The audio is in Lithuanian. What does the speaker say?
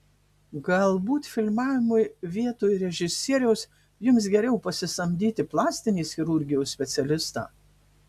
galbūt filmavimui vietoj režisieriaus jums geriau pasisamdyti plastinės chirurgijos specialistą